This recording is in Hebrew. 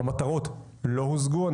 המטרות לא הושגו.